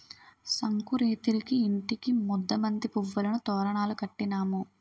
సంకురేతిరికి ఇంటికి ముద్దబంతి పువ్వులను తోరణాలు కట్టినాము